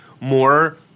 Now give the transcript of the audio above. more